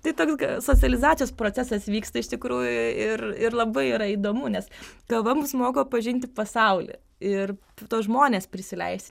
tai toks socializacijos procesas vyksta iš tikrųjų ir ir labai yra įdomu nes kalba mus moko pažinti pasaulį ir tuos žmones prisileis